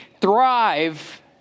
thrive